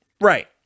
Right